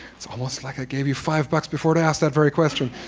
it's almost like i gave you five bucks before to ask that very question.